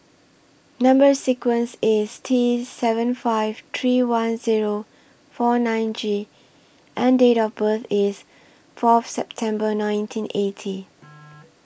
Number sequence IS T seven five three one Zero four nine G and Date of birth IS forth September nineteen eighty